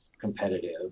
competitive